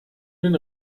den